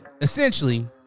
Essentially